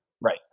Right